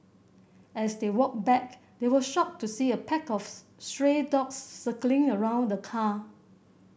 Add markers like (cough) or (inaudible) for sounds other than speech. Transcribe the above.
as they walked back they were shocked to see a pack of (unintelligible) stray dogs circling around the car